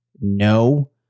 No